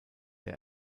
der